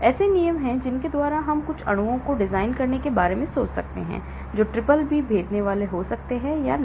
ऐसे नियम हैं जिनके द्वारा हम कुछ अणुओं को डिजाइन करने के बारे में सोच सकते हैं जो BBB भेदनेवाला हो सकते हैं या नहीं